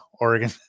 oregon